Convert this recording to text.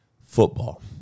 football